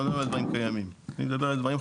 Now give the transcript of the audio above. לא על דברים קיימים, דברים חדשים.